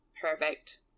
Perfect